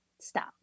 stop